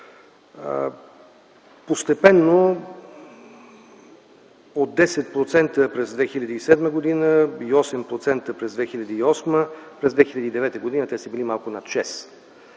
Постепенно от 10% през 2007 г. и 8% през 2008 г., през 2009 г. те са били малко над 6.